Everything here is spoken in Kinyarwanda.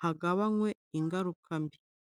hagabanywe ingaruka mbi.